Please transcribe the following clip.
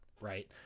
Right